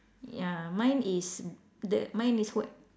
ya mine is the mine is what